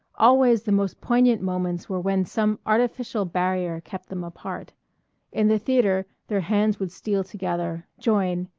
always the most poignant moments were when some artificial barrier kept them apart in the theatre their hands would steal together, join,